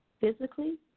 physically